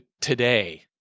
today